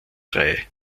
drei